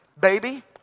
baby